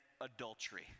adultery